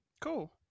cool